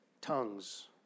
tongues